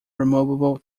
removable